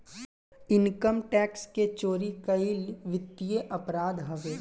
income tax के चोरी कईल वित्तीय अपराध हवे